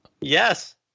Yes